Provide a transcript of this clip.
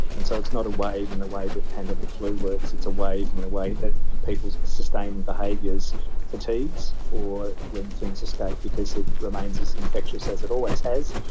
and so it's not a wave in the way that pandemic flu works, it's a wave in the way that people's sustaining behaviours fatigues, or when things escape because it remains as infectious as it always has,